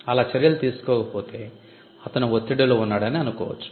అలా చర్యలు తీసుకోకపోతే అతను ఒత్తిడిలో ఉన్నాడని అనుకోవచ్చు